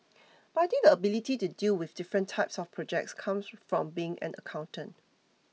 but I think the ability to deal with different types of projects comes from being an accountant